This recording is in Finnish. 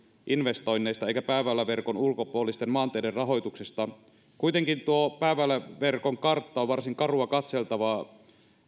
investoinneista eikä pääväyläverkon ulkopuolisten maanteiden rahoituksesta kuitenkin tuo pääväyläverkon kartta on varsin karua katseltavaa